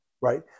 right